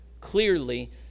clearly